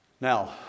Now